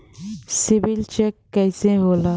CIBIL check कइसे होला?